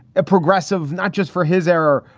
a progressive not just for his error,